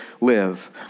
live